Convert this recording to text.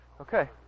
okay